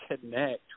connect